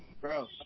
bro